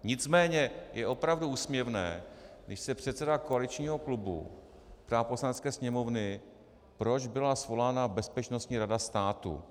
Nicméně je opravdu úsměvné, když se předseda koaličního klubu ptá Poslanecké sněmovny, proč byla svolána Bezpečnostní rada státu.